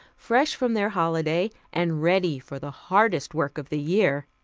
fresh from their holiday and ready for the hardest work of the year.